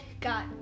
got